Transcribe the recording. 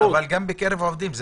אבל, זה גם בקרב עובדים.